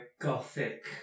gothic